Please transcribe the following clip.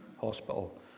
Hospital